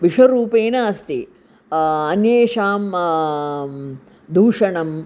विषरूपेण अस्ति अन्येषां दूषणम्